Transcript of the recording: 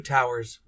Towers